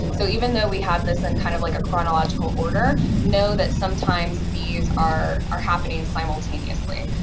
so even though we have this in kind of like a chronological order, know that sometimes these are are happening and simultaneously.